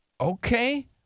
Okay